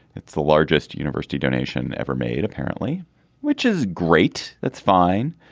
it's the largest university donation ever made apparently which is great. that's fine.